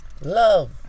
love